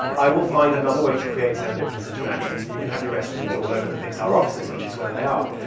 i will find another way to create serendipitous interactions and you can have your restrooms all over the pixar offices, which is where they are.